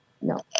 no